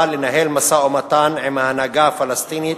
לנהל משא-ומתן עם ההנהגה הפלסטינית